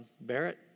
Barrett